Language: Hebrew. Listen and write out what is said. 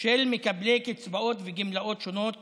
של מקבלי קצבאות וגמלאות שונות